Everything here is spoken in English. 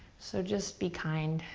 so just be kind,